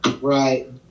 Right